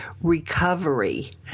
recovery